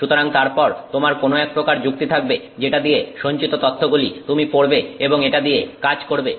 সুতরাং তারপর তোমার কোন একপ্রকার যুক্তি থাকবে যেটা দিয়ে সঞ্চিত তথ্যগুলি তুমি পড়বে এবং এটা দিয়ে কাজ করবে